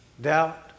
doubt